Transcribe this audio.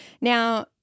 Now